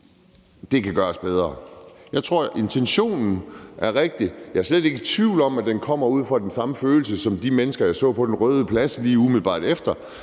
Det kan gøres bedre. Jeg tror, at intentionen er rigtig, og jeg er slet ikke i tvivl om, at den kommer ud fra den samme følelse, som de mennesker, jeg så på Den Røde Plads lige umiddelbart efter,